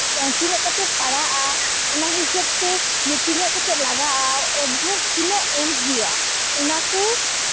ᱛᱤᱱᱟᱹᱜ ᱠᱟᱛᱮᱫ ᱯᱟᱲᱟᱜᱼᱟ ᱚᱱᱟ ᱦᱤᱥᱟᱹᱵ ᱛᱮ ᱡᱮ ᱛᱤᱱᱟᱹᱜ ᱠᱟᱛᱮᱫ ᱞᱟᱜᱟᱜᱼᱟ ᱮᱰᱵᱷᱟᱱᱥ ᱛᱤᱱᱟᱹᱜ ᱮᱢ ᱦᱩᱭᱩᱜᱼᱟ ᱚᱱᱟ ᱠᱚ